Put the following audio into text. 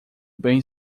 bem